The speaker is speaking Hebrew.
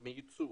מייצוא.